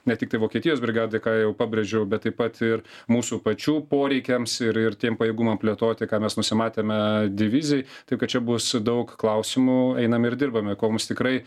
ne tiktai vokietijos brigadai ką jau pabrėžiau bet taip pat ir mūsų pačių poreikiams ir ir tiem pajėgumam plėtoti ką mes nusimatėme divizijai taip kad čia bus daug klausimų einame ir dirbame ko mums tikrai